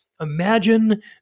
imagine